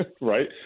right